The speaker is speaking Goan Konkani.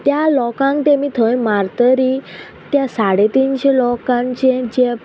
त्या लोकांक तेमी थंय मारतरी त्या साडे तिनशे लोकांचे जे